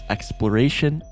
Exploration